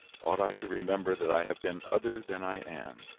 ought i to remember that i have been other than i am?